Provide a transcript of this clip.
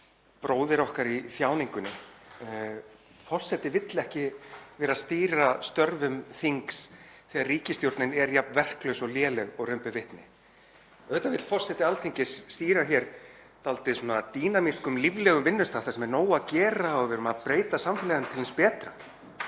bróðir okkar í þjáningunni. Forseti vill ekki vera að stýra störfum þings þegar ríkisstjórnin er jafn verklaus og léleg og raun ber vitni. Auðvitað vill forseti Alþingis stýra hér dálítið svona dýnamískum og líflegum vinnustað þar sem er nóg að gera og við erum að breyta samfélaginu til hins betra.